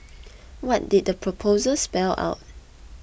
what did the proposal spell out